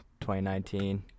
2019